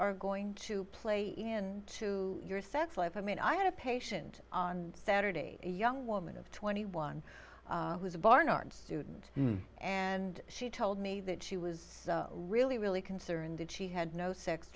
are going to play in to your sex life i mean i had a patient on saturday a young woman of twenty one who's a barnard student and she told me that she was really really concerned that she had no sex